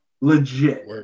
Legit